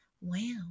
Wow